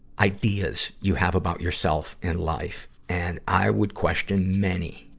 ideas you have about yourself and life. and i would question many,